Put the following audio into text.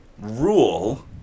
rule